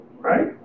right